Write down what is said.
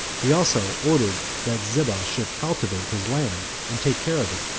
he also ordered that ziba should cultivate his land, and take care of it,